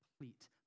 complete